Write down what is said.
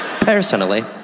Personally